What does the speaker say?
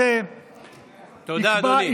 תודה, אדוני.